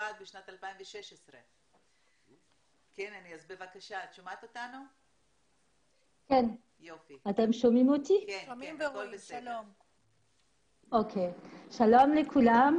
מצרפת בשנת 2016. שלום לכולם.